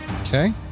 Okay